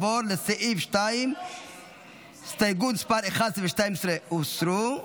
הסתייגות 13. הסתייגויות 11 ו-12 הוסרו.